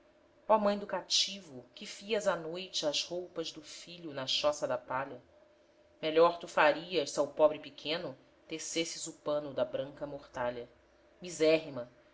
ó mãe do cativo que fias à noite as roupas do filho na choça da palha melhor tu farias se ao pobre pequeno tecesses o pano da branca mortalha misérrima